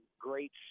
great